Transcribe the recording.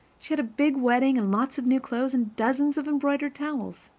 she had a big wedding and lots of new clothes and dozens of embroidered towels.